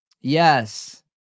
Yes